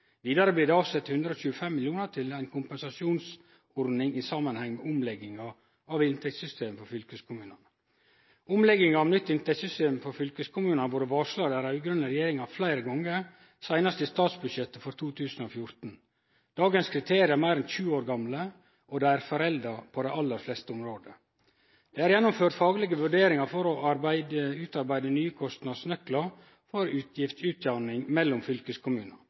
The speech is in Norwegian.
Vidare blir det avsett 225 mill. kr til ei kompensasjonsordning i samband med omlegginga av inntektssystemet for fylkeskommunane. Omlegginga av nytt inntektssystem for fylkeskommunane har vore varsla av den raud-grøne regjeringa fleire gongar, seinast i statsbudsjettet for 2014. Dagens kriterium er meir enn 20 år gamle, og dei er forelda på dei aller fleste områda. Det er gjennomført faglege vurderingar for å utarbeide nye kostnadsnøklar for utgiftsutjamning mellom fylkeskommunar.